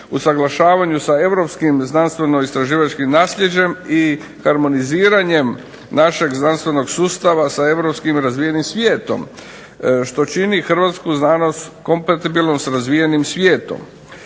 usuglašavanju sa europskim znanstveno-istraživačkim nasljeđem i harmoniziranjem našeg znanstvenog sustava sa europskim razvijenim svijetom što čini hrvatsku znanost kompatibilnu s razvijenim svijetom.